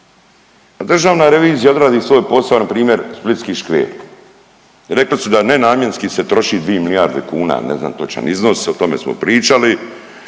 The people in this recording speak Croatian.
državna revizija odradi svoj posao npr. splitski škver, rekli su da nenamjenski se troši dvi milijardi kuna, ja ne znam točan iznos, o tome smo pričali,